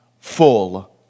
full